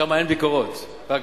אין ביקורת על סטודנטים.